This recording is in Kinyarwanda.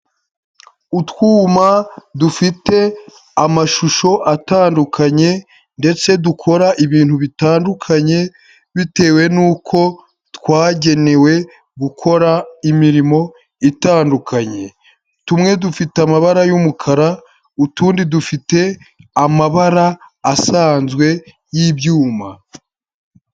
Utwuma dufite amashusho atandukanye ndetse dukora ibintu bitandukanye, bitewe nuko twagenewe gukora imirimo itandukanye, tumwe dufite amabara y'umukara, utundi dufite amabara asanzwe y'ibyuma.